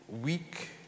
weak